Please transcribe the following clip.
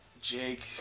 Jake